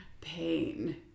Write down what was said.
pain